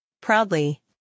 Proudly